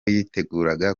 yiteguraga